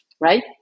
right